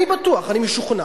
אני בטוח, אני משוכנע,